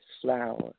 flower